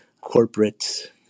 corporate